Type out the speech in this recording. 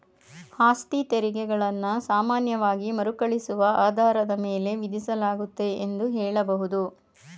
ಆಸ್ತಿತೆರಿಗೆ ಗಳನ್ನ ಸಾಮಾನ್ಯವಾಗಿ ಮರುಕಳಿಸುವ ಆಧಾರದ ಮೇಲೆ ವಿಧಿಸಲಾಗುತ್ತೆ ಎಂದು ಹೇಳಬಹುದು